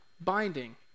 binding